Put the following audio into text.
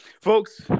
Folks